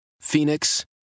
Phoenix